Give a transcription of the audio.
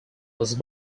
was